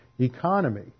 economy